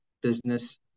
business